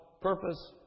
purpose